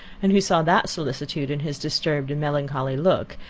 and who saw that solicitude in his disturbed and melancholy look,